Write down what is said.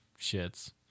shits